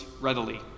readily